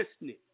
listening